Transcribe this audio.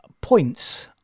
points